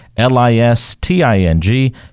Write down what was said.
L-I-S-T-I-N-G